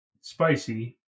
spicy